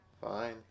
Fine